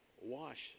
wash